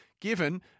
Given